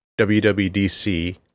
WWDC